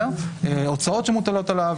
הוצאות שמוטלות עליו,